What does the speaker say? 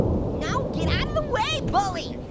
no, get out of the way, bully.